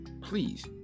please